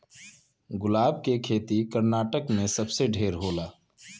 गुलाब के खेती कर्नाटक में सबसे ढेर होला